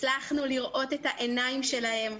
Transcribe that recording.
הצלחנו לראות את העיניים שלהם,